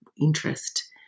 interest